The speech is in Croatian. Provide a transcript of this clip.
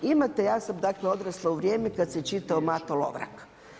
Imate, ja sam dakle odrasla u vrijeme kad se čitao Mato Lovrak.